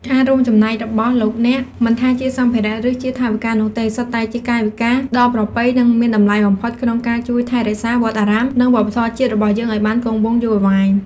ការរួមចំណែករបស់លោកអ្នក មិនថាជាសម្ភារៈ ឬជាថវិកានោះទេ សុទ្ធតែជាកាយវិការដ៏ប្រពៃ និងមានតម្លៃបំផុតក្នុងការជួយថែរក្សាវត្តអារាម និងវប្បធម៌ជាតិរបស់យើងឱ្យបានគង់វង្សយូរអង្វែង។